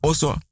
Oso